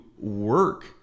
work